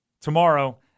tomorrow